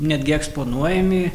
netgi eksponuojami